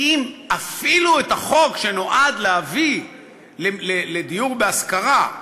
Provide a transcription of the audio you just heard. אם אפילו את החוק שנועד להביא לדיור להשכרה,